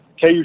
KU